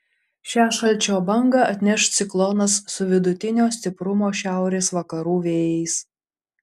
šią šalčio bangą atneš ciklonas su vidutinio stiprumo šiaurės vakarų vėjais